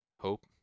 hope